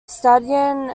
stadion